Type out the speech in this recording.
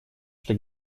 что